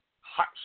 hot